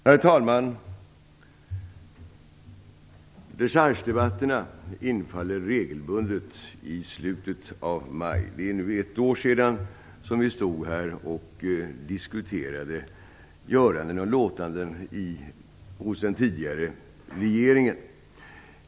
Herr talman! Dechargedebatterna infaller regelbundet i slutet av maj. Det är nu ett år sedan vi senast stod här och diskuterade göranden och låtanden hos den tidigare regeringen.